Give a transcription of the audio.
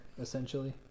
essentially